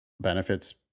benefits